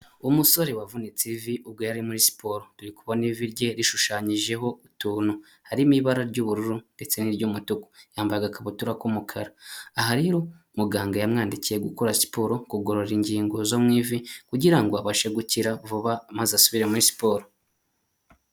Umusore wavunitse ivi ubwo yari muri siporo, turi kubona ivi rye rishushanyijeho utuntu, harimo ibara ry'ubururu ndetse n'iry'umutuku, yambaye aga kabutura k'umukara, aha rero muganga yamwandikiye gukora siporo, kugorora ingingo zo mu ivi kugirango abashe gukira vuba maze asubira muri siporo.